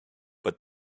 but